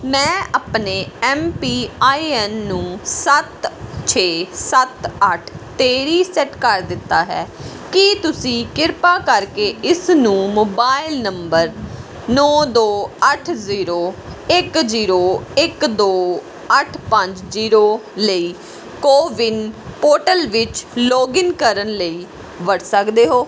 ਮੈਂ ਆਪਣੇ M P I N ਨੂੰ ਸੱਤ ਛੇ ਸੱਤ ਅੱਠ 'ਤੇ ਰੀਸੈਟ ਕਰ ਦਿੱਤਾ ਹੈ ਕੀ ਤੁਸੀਂ ਕਿਰਪਾ ਕਰਕੇ ਇਸ ਨੂੰ ਮੋਬਾਈਲ ਨੰਬਰ ਨੌਂ ਦੋ ਅੱਠ ਜ਼ੀਰੋ ਇੱਕ ਜੀਰੋ ਇੱਕ ਦੋ ਅੱਠ ਪੰਜ ਜੀਰੋ ਲਈ ਕੋਵਿਨ ਪੋਰਟਲ ਵਿੱਚ ਲੌਗਇਨ ਕਰਨ ਲਈ ਵਰਤ ਸਕਦੇ ਹੋ